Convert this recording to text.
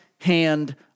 hand